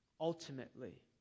Ultimately